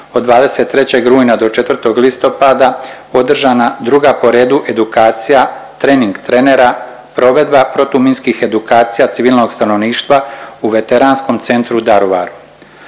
od 23. rujna do 4. listopada održana 2. po redu edukacija trening trenera, provedba protuminskih edukacija civilnog stanovništva u veteranskom centru u Daruvaru.